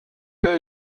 elbe